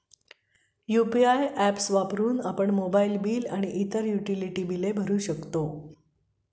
UPI apps वापरून आपण mobile bill आणि इतर युटिलिटी बिले भरू शकतो